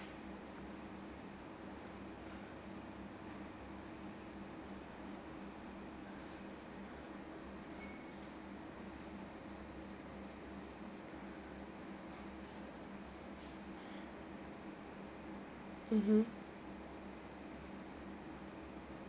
mmhmm